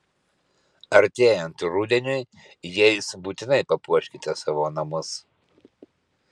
artėjant rudeniui jais būtinai papuoškite savo namus